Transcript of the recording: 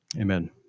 Amen